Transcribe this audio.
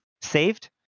saved